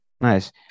Nice